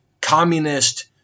communist